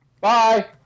Bye